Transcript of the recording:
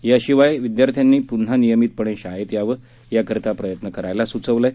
याशिवाय विद्यार्थ्यांनी पुन्हा नियमितपणे शाळेत यावं यासाठी प्रयत्न करायलाही सुचवलं आहे